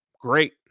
great